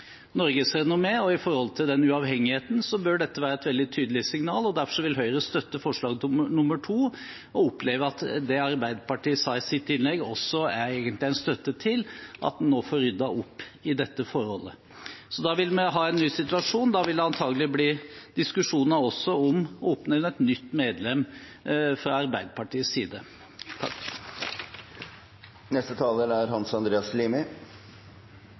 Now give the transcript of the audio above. og med tanke på uavhengigheten bør dette være et veldig tydelig signal, og derfor vil Høyre støtte punkt nr. 2 i forslaget. Jeg opplever at det Arbeiderpartiet sa i sitt innlegg, også egentlig er en støtte til at en nå får ryddet opp i dette forholdet. Da vil vi ha en ny situasjon. Da vil det antagelig også bli diskusjoner om å oppnevne et nytt medlem fra Arbeiderpartiets side.